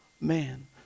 man